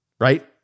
Right